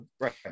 right